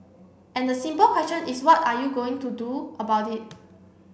and the simple question is what are you going to do about it